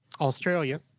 Australia